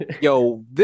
Yo